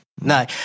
No